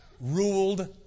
ruled